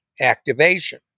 activation